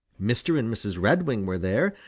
mr. and mrs. redwing were there,